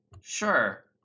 sure